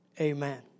amen